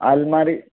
आलमारी